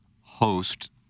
host